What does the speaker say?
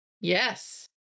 Yes